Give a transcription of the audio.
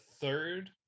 third